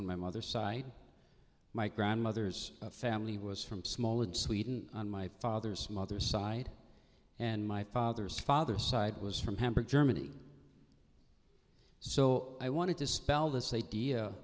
and my mother side my grandmother's family was from small in sweden my father's mother's side and my father's father's side was from hamburg germany so i want to dispel this idea